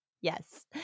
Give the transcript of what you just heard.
Yes